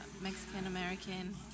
Mexican-American